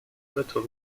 little